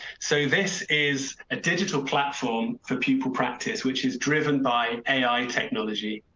so this is a digital platform for people practice which is driven by ai technology.